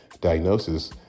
diagnosis